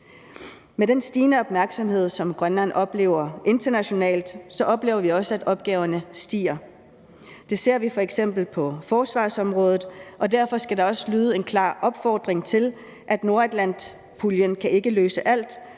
Med den stigende opmærksomhed, som Grønland oplever internationalt, oplever vi også en stigning i antallet af opgaver. Det ser vi f.eks. på forsvarsområdet, og derfor skal der også lyde en klar opfordring til, at Nordatlantpuljen ikke kan løse alt,